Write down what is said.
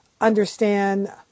understand